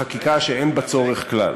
לחקיקה שאין בה צורך כלל.